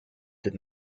did